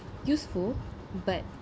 useful but